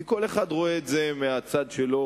כי כל אחד רואה את זה מהצד שלו.